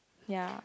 ya